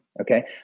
okay